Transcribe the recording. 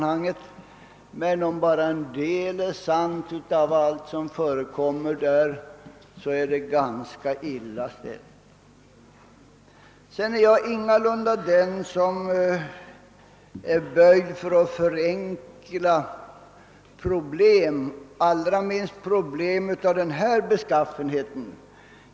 Men om även bara en del av det som där förekommer är sant, så är det ganska illa ställt. Jag är ingalunda böjd för att förenkla problemen, allra minst problem av denna beskaffenhet.